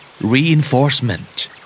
Reinforcement